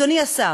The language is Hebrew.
אדוני השר,